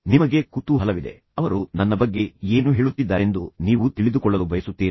ನಿಮಗೆ ಕುತೂಹಲವಿದೆ ಅವರು ನನ್ನ ಬಗ್ಗೆ ಏನು ಹೇಳುತ್ತಿದ್ದಾರೆಂದು ನೀವು ತಿಳಿದುಕೊಳ್ಳಲು ಬಯಸುತ್ತೀರಾ